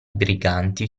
briganti